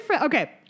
Okay